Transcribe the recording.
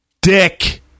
dick